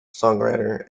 songwriter